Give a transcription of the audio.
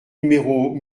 numéros